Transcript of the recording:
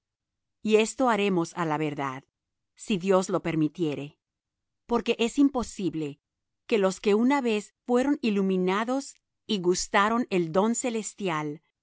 y esto haremos á la verdad si dios lo permitiere porque es imposible que los que una vez fueron iluminados y gustaron el don celestial